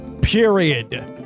period